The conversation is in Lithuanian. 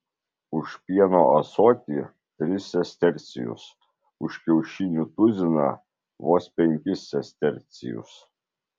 už pieno ąsotį tris sestercijus už kiaušinių tuziną vos penkis sestercijus